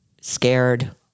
scared